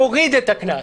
מוריד את הקנס.